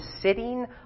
sitting